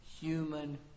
human